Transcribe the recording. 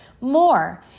more